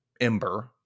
Ember